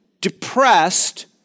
depressed